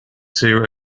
too